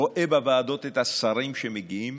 רואה בוועדות את השרים שמגיעים,